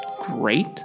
great